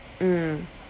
mm